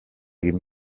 egin